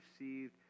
received